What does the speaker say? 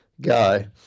guy